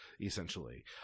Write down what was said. essentially